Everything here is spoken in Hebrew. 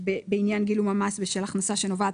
בעניין גילום המס בשל הכנסה שנובעת